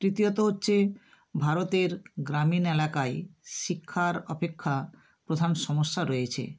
তৃতীয়ত হচ্ছে ভারতের গ্রামীণ এলাকায় শিক্ষার অপেক্ষা প্রধান সমস্যা রয়েছে